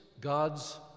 God's